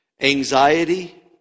Anxiety